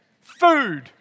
Food